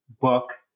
book